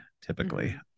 typically